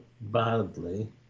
badly